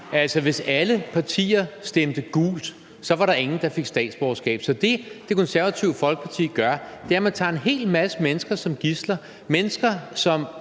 Altså, hvis alle partier stemte gult, var der ingen, der fik statsborgerskab. Så det, Det Konservative Folkeparti gør, er, at man tager en hel masse mennesker som gidsler – mennesker, som